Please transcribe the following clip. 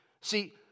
See